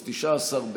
אז 19 בעד,